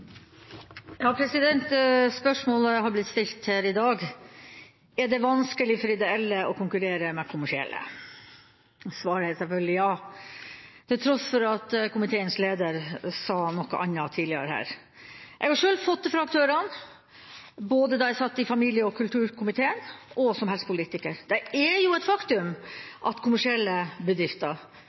det vanskelig for ideelle å konkurrere med kommersielle? Svaret er selvfølgelig ja, til tross for at komiteens leder sa noe annet tidligere her. Jeg har selv hørt det fra aktørene, både da jeg satt i familie- og kulturkomiteen og som helsepolitiker. Det er jo et faktum at kommersielle bedrifter,